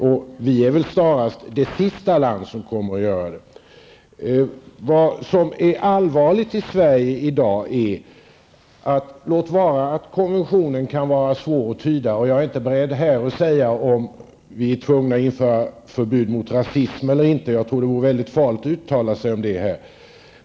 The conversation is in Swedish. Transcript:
Sverige är snarast det sista land som kommer att göra det. Låt vara att konventionen är svår att tyda, och jag är inte beredd att här säga om vi är tvungna att införa förbud mot rasism eller inte. Jag tror att det vore mycket farligt att uttala sig om detta här.